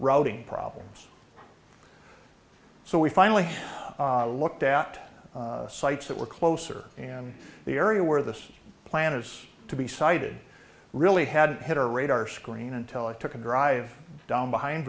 routing problems so we finally looked at sites that were closer in the area where the plan is to be sited really hadn't hit our radar screen until i took a drive down behind